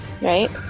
Right